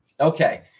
Okay